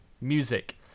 Music